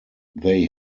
they